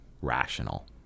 rational